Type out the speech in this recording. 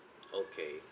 okay